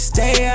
Stay